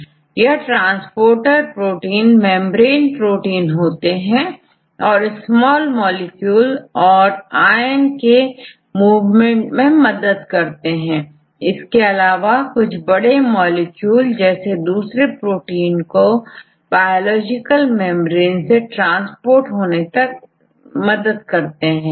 यह transporter protein membrane protein होते हैं और स्मॉल मॉलिक्यूल और आयन के मूवमेंट में मदद करते हैं इसके अलावा कुछ बड़े मॉलिक्यूल जैसे दूसरे प्रोटीन को बायोलॉजिकल मेंब्रेन से ट्रांसपोर्ट होने में मदद करते हैं